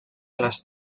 les